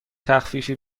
تخفیفی